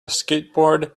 skateboard